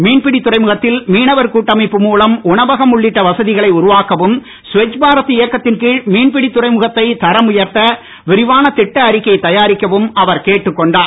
மீன்பிடி துறைமுகத்தில் மீனவர் கூட்டமைப்பு மூலம் உணவகம் உள்ளிட்ட வசதிகளை உருவாக்கவும் ஸ்வச் பாரத் இயக்கத்தின் கீழ் மீன்பிடி துறைமுகத்தை தரம் உயர்த்த விரிவான திட்ட அறிக்கை தயாரிக்கவும் அவர் கேட்டுக் கொண்டார்